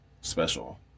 Special